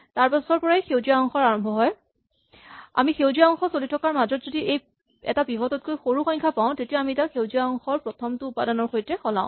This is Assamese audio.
আৰু তাৰপাছৰ পৰাই সেউজীয়া অংশৰ আৰম্ভ হয় আমি সেউজীয়া অংশ চলি থকাৰ মাজত যদি এটা পিভট তকৈ সৰু সংখ্যা পাওঁ তেতিয়া আমি তাক সেউজীয়া অংশৰ প্ৰথমটো উপাদানৰ সৈতে সলাও